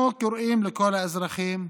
מכאן אנחנו לקוראים לכל האזרחים: